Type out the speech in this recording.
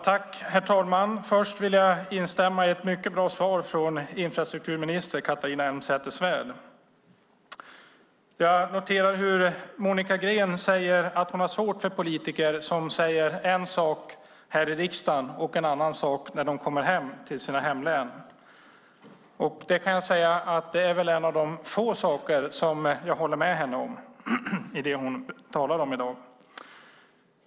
Herr talman! Först vill jag instämma i ett mycket bra svar från infrastrukturminister Catharina Elmsäter-Svärd. Jag noterar hur Monica Green säger att hon har svårt för politiker som säger en sak här i riksdagen och en annan sak när de kommer hem till sina hemlän, och det är väl en av de få saker som jag håller med henne om av det hon talar om i dag.